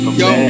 yo